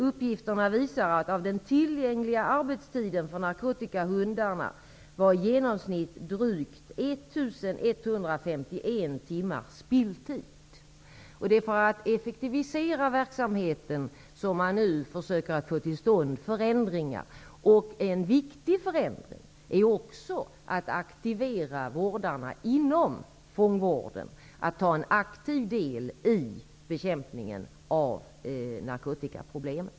Uppgifterna visar att av den tillgängliga tiden för narkotikahundarna var i genomsnitt drygt 1 151 Det är för att effektivisera verksamheten som man nu försöker att få till stånd förändringar. En viktig förändring är att aktivera vårdarna inom fångvården så att de tar en aktiv del i bekämpningen av narkotikaproblemet.